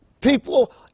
people